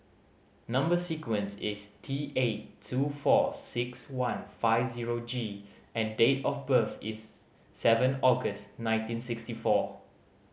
number sequence is T eight two four six one five zero G and date of birth is seven August nineteen sixty four